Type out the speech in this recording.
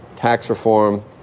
tax reform,